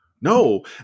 no